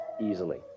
easily